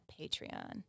patreon